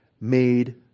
made